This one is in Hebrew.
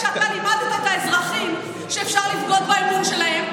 כשהיית בליכוד לא היה לך את טלי גוטליב.